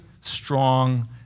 strong